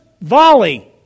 volley